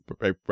right